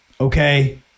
Okay